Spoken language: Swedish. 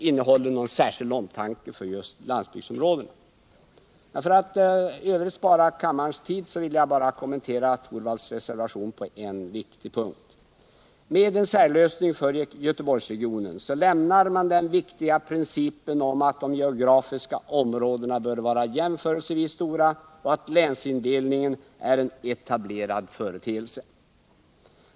En sådan separering kan dessutom få smittoeffekter på andra områden. För att spara kammarens tid vill jag i övrigt kommentera Rune Torwalds reservation bara på en viktig punkt. Med en särlösning för Göteborgsregionen lämnar man den viktiga principen om att de geografiska områdena bör vara jämförelsevis stora och att länsindelningen är en etablerad företeelse.